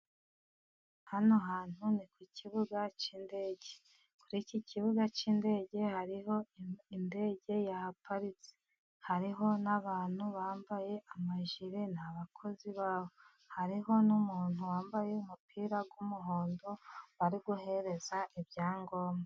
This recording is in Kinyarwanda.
Hano hantu ni ku kibuga cy'indege. Kuri iki kibuga cyindege hariho indege yahaparitse, hariho n'abantu bambaye amajire ni abakozi babo, hariho n'umuntu wambaye umupira w'umuhondo bari guhereza ibyangombwa.